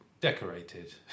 decorated